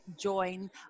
join